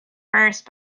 first